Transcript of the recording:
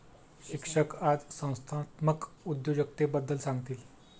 शिक्षक आज संस्थात्मक उद्योजकतेबद्दल सांगतील